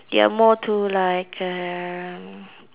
they are more to like uh